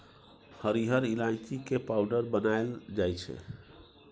हरिहर ईलाइची के पाउडर बनाएल जाइ छै